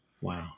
Wow